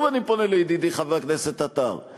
ושוב אני פונה לידידי חבר הכנסת עטר,